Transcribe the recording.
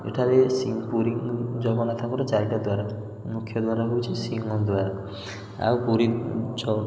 ଏଠାରେ ପୁରୀ ଜଗନ୍ନାଥଙ୍କର ଚାରିଟା ଦ୍ୱାର ମୁଖ୍ୟଦ୍ୱାର ହେଉଛି ସିଂହଦ୍ୱାର ଆଉ ପୁରୀ ଛ